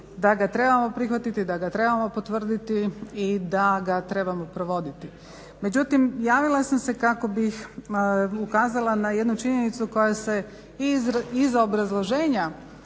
da ga trebamo prihvatiti, da ga trebamo potvrditi i da ga trebamo provoditi. Međutim javila bih se kako bih ukazala na jednu činjenicu koja se iz obrazloženja